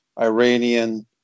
Iranian